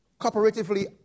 cooperatively